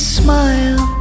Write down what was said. smile